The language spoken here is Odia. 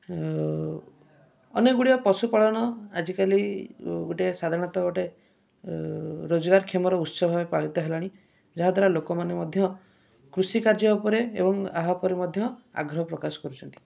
ଆଉ ଅନେକଗୁଡ଼ିଏ ପଶୁପାଳନ ଆଜିକାଲି ଗୋଟେ ସାଧାରଣତଃ ଗୋଟେ ରୋଜଗାର କ୍ଷମର ଉତ୍ସ ଭାବେ ପାଳିତ ହେଲାଣି ଯାହା ଦ୍ୱାରା ଲୋକମାନେ ମଧ୍ୟ କୃଷି କାର୍ଯ୍ୟ ଉପରେ ଏବଂ ଏହା ପରେ ମଧ୍ୟ ଆଗ୍ରହ ପ୍ରକାଶ କରୁଛନ୍ତି